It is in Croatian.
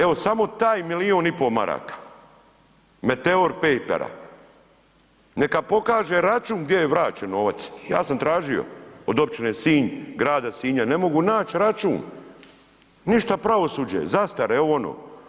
Evo samo taj milijun i pol maraka Meteor Papera, neka pokaže račun gdje je vraćen novac, ja sam tražio od općine Sinj, grada Sinja, ne mogu nać račun, ništa pravosuđe, zastara, ovo, ono.